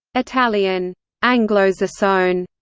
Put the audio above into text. italian anglosassone,